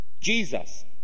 Jesus